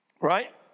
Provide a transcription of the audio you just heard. Right